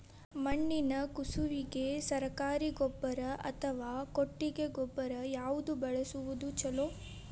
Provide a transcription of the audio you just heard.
ಮಣ್ಣಿನ ಕಸುವಿಗೆ ಸರಕಾರಿ ಗೊಬ್ಬರ ಅಥವಾ ಕೊಟ್ಟಿಗೆ ಗೊಬ್ಬರ ಯಾವ್ದು ಬಳಸುವುದು ಛಲೋ?